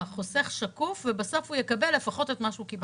החוסך שקוף ובסוף הוא יקבל לפחות את מה שהוא קיבל היום.